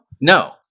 No